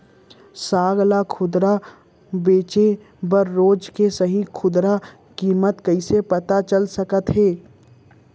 साग ला खुदरा बेचे बर रोज के सही खुदरा किम्मत कइसे पता चल सकत हे?